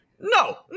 No